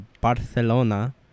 Barcelona